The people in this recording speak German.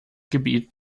gebiet